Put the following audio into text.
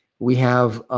we have